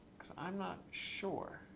because i'm not sure.